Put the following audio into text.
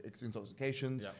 intoxication